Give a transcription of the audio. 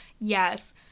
Yes